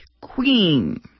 Queen